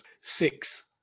six